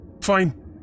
Fine